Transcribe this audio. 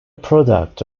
product